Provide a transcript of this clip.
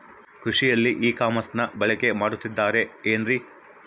ಕೃಷಿಯಲ್ಲಿ ಇ ಕಾಮರ್ಸನ್ನ ಬಳಕೆ ಮಾಡುತ್ತಿದ್ದಾರೆ ಏನ್ರಿ?